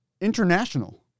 International